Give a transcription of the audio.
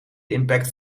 impact